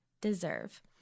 deserve